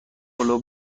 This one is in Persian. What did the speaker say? پلو